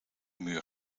muur